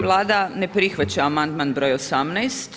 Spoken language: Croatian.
Vlada ne prihvaća amandman broj 18.